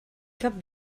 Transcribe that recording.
cap